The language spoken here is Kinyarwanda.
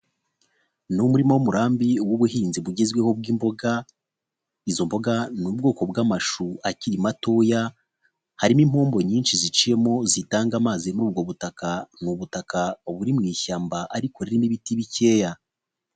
Ni umuririma w'umurambi w'ubuhinzi bugezweho bw'imboga, izo mboga ni ubwoko bw'amashu akiri matoya harimo impombo nyinshi ziciyemo, zitanga amazi muri ubwo butaka, ni ubutaka buri mu ishyamba ariko ririmo ibiti bikeya.